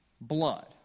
blood